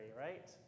right